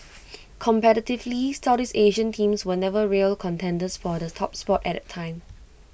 competitively Southeast Asian teams were never real contenders for the top spot at that time